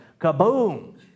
kaboom